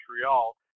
Montreal